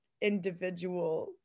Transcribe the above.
individual